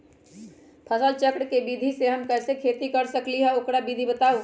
फसल चक्र के विधि से हम कैसे खेती कर सकलि ह हमरा ओकर विधि बताउ?